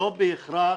לא בהכרח.